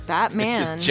Batman